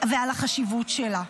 ולחשיבות שלה.